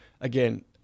Again